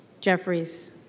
Jeffries